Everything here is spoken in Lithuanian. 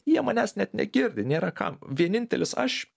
jie manęs net negirdi nėra kam vienintelis aš